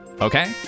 Okay